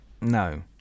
No